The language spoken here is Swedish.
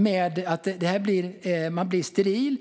Vi har en gräns när det gäller sterilisering eftersom man blir steril.